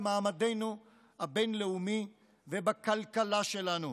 במעמדנו הבין-לאומי ובכלכלה שלנו.